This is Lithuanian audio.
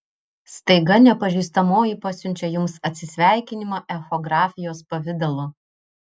staiga nepažįstamoji pasiunčia jums atsisveikinimą echografijos pavidalu